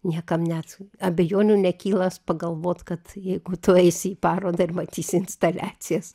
niekam net abejonių nekyla pagalvot kad jeigu tu eisi į parodą ir matysi instaliacijas